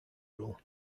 rule